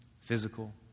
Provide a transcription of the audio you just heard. physical